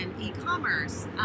e-commerce